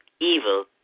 evil